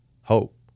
hope